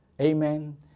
Amen